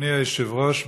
אדוני היושב-ראש,